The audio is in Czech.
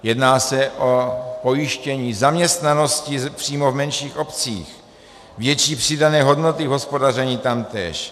Jedná se o pojištění zaměstnanosti přímo v menších obcích, větší přidané hodnoty hospodaření tamtéž.